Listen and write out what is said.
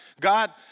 God